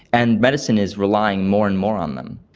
and medicine is relying more and more on them.